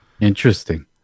interesting